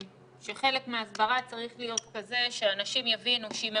שחלק מההסברה צריך להיות כזה שאנשים יבינו שאם הם